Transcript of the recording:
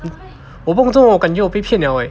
我不懂做么感觉我被骗了 leh